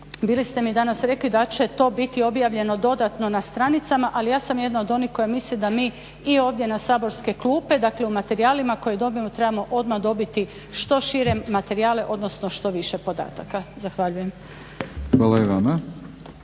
bili ste mi danas rekli da će to biti objavljeno dodatno na stranicama. Ali ja sam jedna od onih koja misli da mi i ovdje na saborske klupe dakle u materijalima koje dobijemo trebamo odmah dobiti što šire materijale odnosno što više podataka. Zahvaljujem.